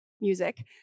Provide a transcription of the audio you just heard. music